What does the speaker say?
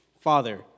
Father